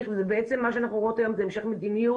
בעצם מה שאנחנו רואות היום זה המשך מדיניות,